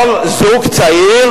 כל זוג צעיר,